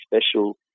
special